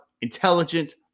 intelligent